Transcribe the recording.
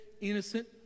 innocent